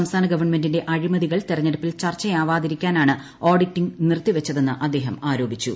സംസ്ഥാന ഗവൺമെന്റിന്റെ അഴിമതികൾ തെരഞ്ഞെട്ടുപ്പിൽ ചർച്ചയാവാതിരിക്കാനാണ് ഓഡിറ്റിംഗ് നിർത്തിവച്ചിത്രെന്ന് അദ്ദേഹം ആരോപിച്ചു